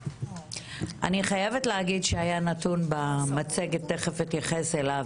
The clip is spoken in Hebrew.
היה נתון במצגת שהבליט איפה נמצאת הבעיה ובאלו